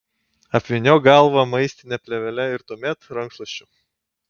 apvyniok galvą maistine plėvele ir tuomet rankšluosčiu